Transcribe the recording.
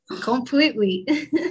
completely